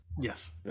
Yes